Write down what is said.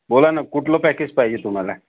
बोलाना कुठला प्याकेज पाहिजे तुम्हाला